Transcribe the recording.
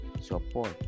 support